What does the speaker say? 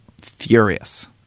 furious –